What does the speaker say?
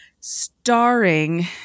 starring